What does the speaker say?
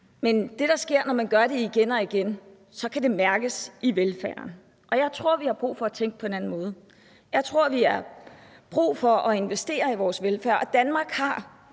Men det, der sker, når man gør det igen og igen, er, at det kan mærkes i velfærden, og jeg tror, vi har brug for at tænke på en anden måde. Jeg tror, vi har brug for at investere i vores velfærd, og Danmark har